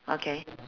okay